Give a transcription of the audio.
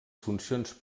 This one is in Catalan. funcions